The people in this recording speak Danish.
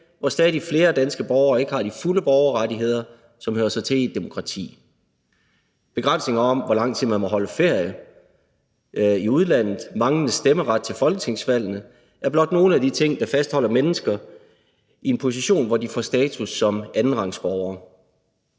hvor stadig flere danske borgere ikke har de fulde borgerrettigheder, som hører sig til i et demokrati. Begrænsninger af, hvor lang tid man må holde ferie i udlandet, og manglende stemmeret til folketingsvalgene er blot nogle af de ting, der fastholder mennesker i en position, hvor de får status som andenrangsborgere.